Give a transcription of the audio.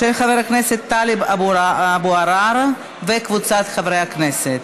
של חבר הכנסת טלב אבו עראר וקבוצת חברי הכנסת.